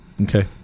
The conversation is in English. okay